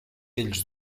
ells